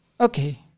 Okay